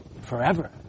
Forever